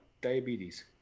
diabetes